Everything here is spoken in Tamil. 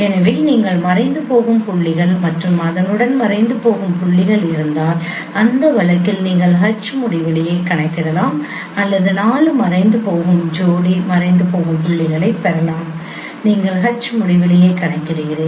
எனவே நீங்கள் மறைந்துபோகும் புள்ளிகள் மற்றும் அதனுடன் மறைந்துபோகும் புள்ளிகள் இருந்தால் அந்த வழக்கில் நீங்கள் H முடிவிலியைக் கணக்கிடலாம் அல்லது 4 மறைந்துபோகும் ஜோடி மறைந்து போகும் புள்ளிகளைப் பெறலாம் நீங்கள் மீண்டும் H முடிவிலியைக் கணக்கிடுவீர்கள்